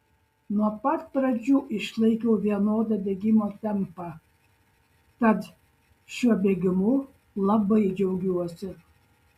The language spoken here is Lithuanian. nuo pat pradžių išlaikiau vienodą bėgimo tempą tad šiuo bėgimu labai džiaugiuosi